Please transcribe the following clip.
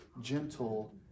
gentle